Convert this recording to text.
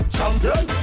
Champion